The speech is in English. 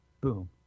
boom